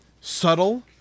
subtle